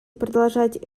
продолжать